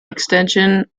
extension